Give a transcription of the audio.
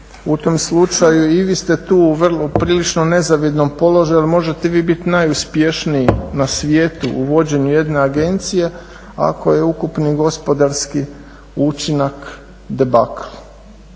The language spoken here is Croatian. u tom slučaju i vi ste tu u prilično nezavidnom položaju jer možete vi bit najuspješniji na svijetu u vođenju jedne agencije ako je ukupni gospodarski učinak debakl.